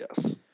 yes